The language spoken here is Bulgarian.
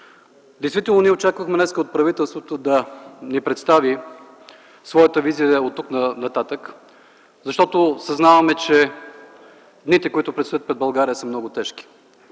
действително ние очаквахме днес от правителството да ни представи своята визия оттук нататък, защото съзнаваме, че дните, които предстоят пред България, са много тежки.